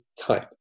type